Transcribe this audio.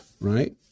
Right